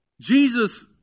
Jesus